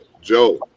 joe